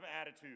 attitude